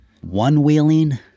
One-wheeling